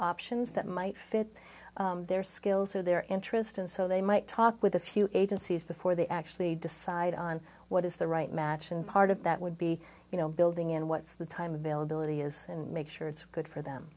options that might fit their skills or their interest and so they might talk with a few agencies before they actually decide on what is the right match and part of that would be you know building in what's the time availability is and make sure it's good for them